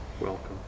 Welcome